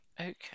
Okay